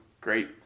great